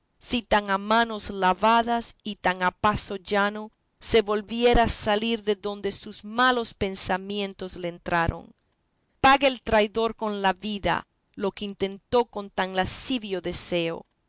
tan a manos lavadas y tan a paso llano se volviera a salir de donde sus malos pensamientos le entraron pague el traidor con la vida lo que intentó con tan lascivo deseo